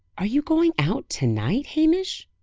are you going out to-night, hamish?